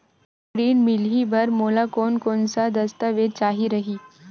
कृषि ऋण मिलही बर मोला कोन कोन स दस्तावेज चाही रही?